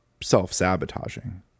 self-sabotaging